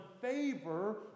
favor